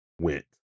went